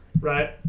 Right